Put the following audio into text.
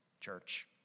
Church